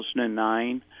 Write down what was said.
2009